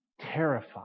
terrified